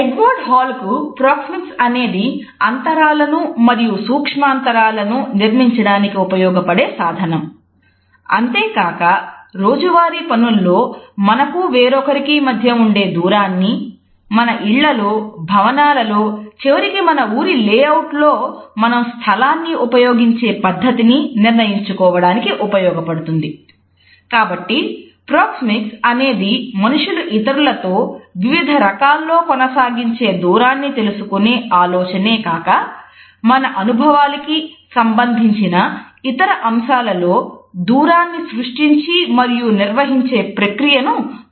Edward Hall అనేది మనుషులు ఇతరులతో వివిధ రకాల్లో కొనసాగించే దూరాన్ని తెలుసుకునే ఆలోచనే కాక మన అనుభవాల కి సంబంధించిన ఇతర అంశాలలో దూరాన్ని సృష్టించి మరియు నిర్వహించే ప్రక్రియను తెలుసుకునే అధ్యయనం